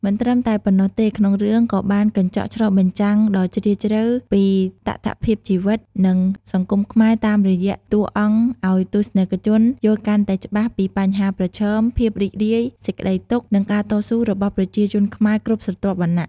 មិនត្រឹមតែប៉ុណ្ណោះទេ ក្នុងរឿងក៏បានកញ្ចក់ឆ្លុះបញ្ចាំងដ៏ជ្រាលជ្រៅពីតថភាពជីវិត និងសង្គមខ្មែរតាមរយះតួរអង្គអោយទស្សនិកជនយល់កាន់តែច្បាស់ពីបញ្ហាប្រឈម ភាពរីករាយ សេចក្តីទុក្ខ និងការតស៊ូរបស់ប្រជាជនខ្មែរគ្រប់ស្រទាប់វណ្ណៈ។